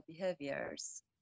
behaviors